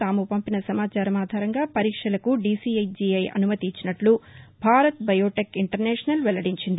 తాము పంపిన సమాచారం ఆధారంగా పరీక్షలకు దీసీజీఐ అనుమతి ఇచ్చినట్ల భారత్ బయోటెక్ ఇంటర్నేషనల్ వెల్లడించింది